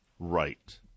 right